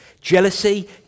jealousy